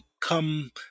come